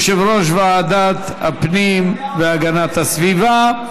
יושב-ראש ועדת הפנים והגנת הסביבה.